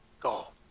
Go